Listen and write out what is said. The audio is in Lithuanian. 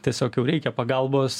tiesiog jau reikia pagalbos